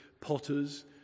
potters